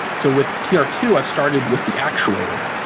so with t r two, i started with the actuator.